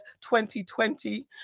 2020